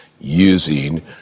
using